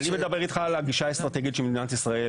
אני מדבר איתך על הגישה האסטרטגית של מדינת ישראל.